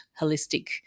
holistic